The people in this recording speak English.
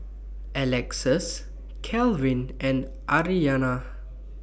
Alexus Calvin and Aryanna